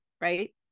right